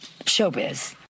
showbiz